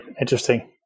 Interesting